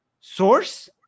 source